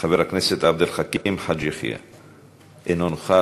חבר הכנסת עבד אל חכים חאג' יחיא, אינו נוכח.